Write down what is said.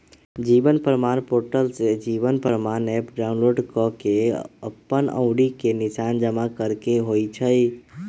जीवन प्रमाण पोर्टल से Jeevan Pramaan app download कऽ के अप्पन अँउरी के निशान जमा करेके होइ छइ